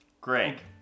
Greg